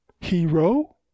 hero